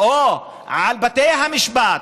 או על בתי המשפט,